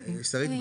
שרית,